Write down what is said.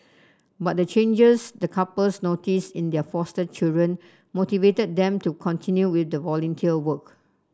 but the changes the couples notice in their foster children motivated them to continue with the volunteer work